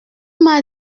m’a